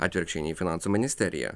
atvirkščiai nei finansų ministerija